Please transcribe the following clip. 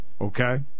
Okay